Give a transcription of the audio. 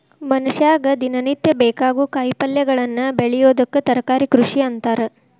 ಮನಷ್ಯಾಗ ದಿನನಿತ್ಯ ಬೇಕಾಗೋ ಕಾಯಿಪಲ್ಯಗಳನ್ನ ಬೆಳಿಯೋದಕ್ಕ ತರಕಾರಿ ಕೃಷಿ ಅಂತಾರ